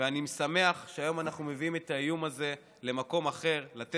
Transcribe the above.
ואני שמח שהיום אנחנו מביאים את האיום הזה למקום אחר,